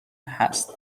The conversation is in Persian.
هست